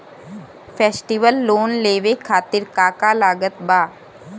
Festival loan लेवे खातिर का का लागत बा?